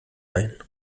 ein